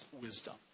wisdom